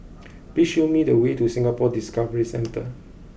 please show me the way to Singapore Discovery Centre